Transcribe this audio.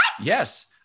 yes